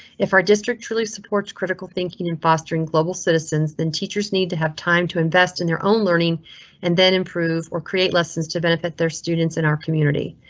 if our district really supports critical thinking in fostering global citizens, than teachers need to have time to invest in their own learning and then improve or create lessons to benefit their students in our community.